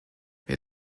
wir